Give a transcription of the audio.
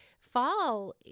fall